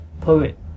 Poet